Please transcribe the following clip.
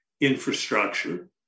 infrastructure